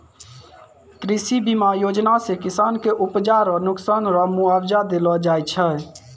कृषि बीमा योजना से किसान के उपजा रो नुकसान रो मुआबजा देलो जाय छै